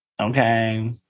okay